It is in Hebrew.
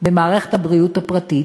במערכת הבריאות הפרטית,